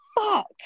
fuck